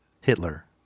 Hitler